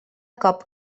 cop